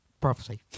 Prophecy